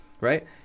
right